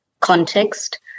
context